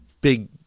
big